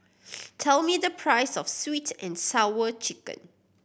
tell me the price of Sweet And Sour Chicken